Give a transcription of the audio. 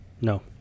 No